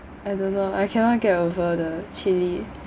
I don't know I cannot get over the chili